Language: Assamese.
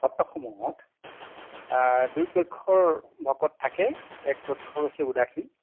সত্ৰসমূহত দুইপক্ষৰ ভকত থাকে একপক্ষ হৈছে উদাসীন